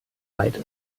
weit